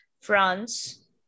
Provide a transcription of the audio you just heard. France